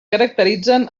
caracteritzen